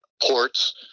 ports